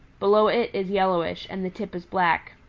below it is yellowish, and the tip is black.